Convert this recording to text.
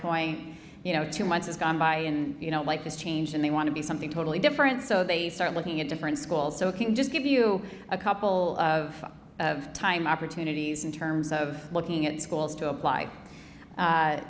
point you know two months is gone by and you know life is changed and they want to be something totally different so they start looking at different schools so it can just give you a couple of time opportunities in terms of looking at schools to apply